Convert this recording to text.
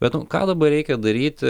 bet nu ką dabar reikia daryti